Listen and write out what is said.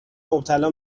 مبتلا